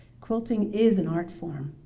quilting is an art form.